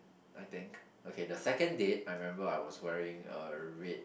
I think okay the second date I remember I was wearing a red